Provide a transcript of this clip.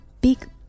Big